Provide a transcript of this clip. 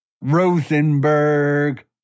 Rosenberg